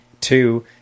two